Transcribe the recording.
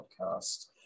podcast